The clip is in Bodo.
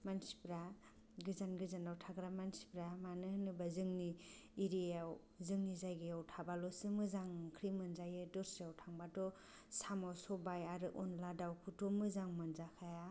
मानसिफ्रा गोजान गोजानाव थाग्रा मानसिफ्रा मानो होनोब्ला जोंनि एरियायाव जोंनि जायगायाव थाब्लाल'सो मोजां ओंख्रि मोनजायो दस्रायाव थांबाथ' साम' सबाय आरो अनद्ला दाउखौथ' मोजां मोनजाखाया